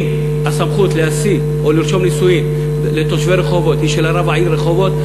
אם הסמכות להשיא או לרשום נישואים לתושבי רחובות היא של רב העיר רחובות,